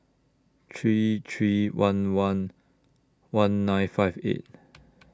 three three one one one nine five eight